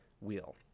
wheel